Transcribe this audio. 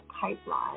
pipeline